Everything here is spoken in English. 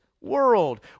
world